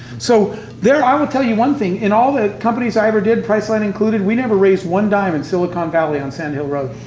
so i will tell you one thing. in all the companies i ever did, priceline included, we never raised one dime in silicon valley on sand hill road.